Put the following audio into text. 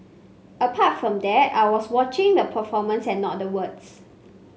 apart from that I was watching the performance and not the words